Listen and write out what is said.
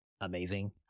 amazing